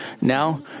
Now